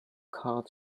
card